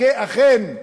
אכן,